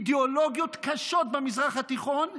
אידיאולוגיות קשות במזרח התיכון,